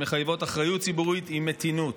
שמחייבות אחריות ציבורית, הוא מתינות.